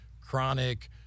chronic